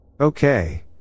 Okay